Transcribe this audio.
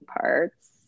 parts